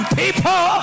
people